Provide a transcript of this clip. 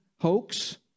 hoax